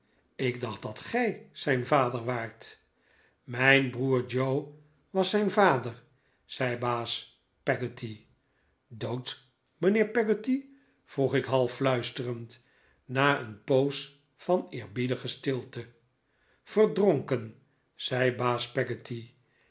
ik dacht dat gij zijn vader waart mijn broer joe was zijn vader zei baas peggotty dood mijnheer peggotty vroeg ik half fluisterend na een poos van eerbiedige stilte verdronken zei baas